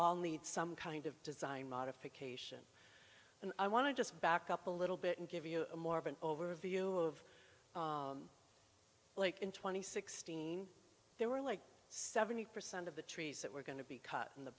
all need some kind of design modification and i want to just back up a little bit and give you more of an overview of in twenty sixteen there were like seventy percent of the trees that were going to be cut in the